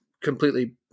completely